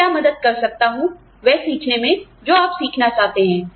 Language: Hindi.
मैं क्या मदद कर सकता हूं वह सीखने में जो आप सीखना चाहते हैं